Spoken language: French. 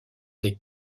des